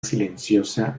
silenciosa